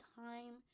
time